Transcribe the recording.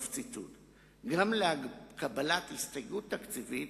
גם לקבלת הסתייגות תקציבית